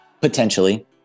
Potentially